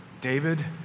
David